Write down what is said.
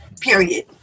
period